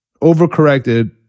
overcorrected